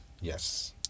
Yes